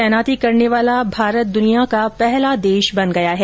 ऐसा करने वाला भारत दुनिया का पहला देश बन गया है